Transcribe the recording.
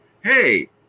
hey